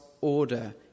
order